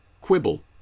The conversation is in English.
quibble